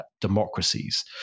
democracies